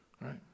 Right